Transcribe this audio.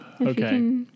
okay